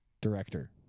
Director